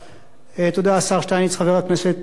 חבר הכנסת אללי אדמסו, בבקשה.